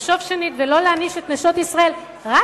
לחשוב שנית ולא להעניש את נשות ישראל רק